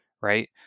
right